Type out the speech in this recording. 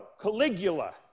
Caligula